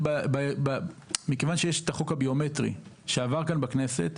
מכיוון שיש החוק הביומטרי שעבר כאן בכנסת,